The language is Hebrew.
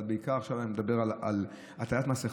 אבל בעיקר עכשיו אני מדבר על עטיית מסכה,